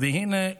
והינה,